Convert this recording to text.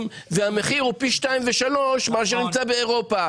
אבל המחיר הוא פי שניים ושלושה מאשר באירופה.